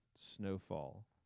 snowfall